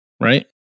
right